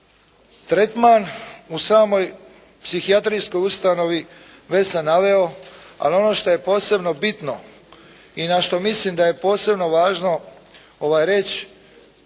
Tretman u samoj psihijatrijskoj ustanovi već sam naveo ali ono što je posebno bitno i na što mislim da je posebno važno reći